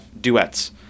duets